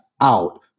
out